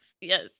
Yes